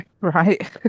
right